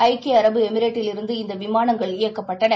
ஐக்கியஅரபு எமிரேட்டில் இருந்த இந்தவிமானங்கள் இயக்கப்பட்டன